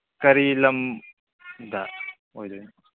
ꯀꯔꯤ ꯂꯝꯗ ꯑꯣꯏꯗꯣꯏꯅꯣ